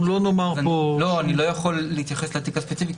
אני לא יכול להתייחס לתיק הספציפי.